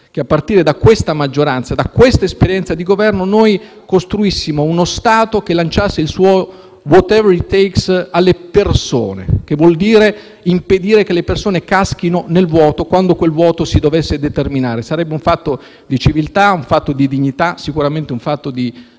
che a partire da questa maggioranza e da questa esperienza di Governo costruissimo uno Stato che lanciasse il suo *«whatever it takes*» alle persone, che vuol dire impedire che le persone caschino nel vuoto, quando quel vuoto si dovesse determinare. Sarebbe un fatto di civiltà, un fatto di dignità e, sicuramente, un elemento di